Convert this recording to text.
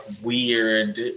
weird